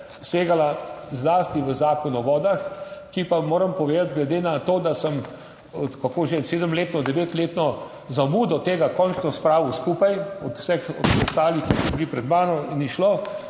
segala, zlasti v Zakon o vodah, ki pa moram povedati, glede na to, da sem, kako že, sedemletno, devetletno zamudo tega končno spravil skupaj od vseh ostalih, ki so bili pred mano, ni šlo,